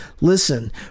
listen